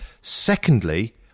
Secondly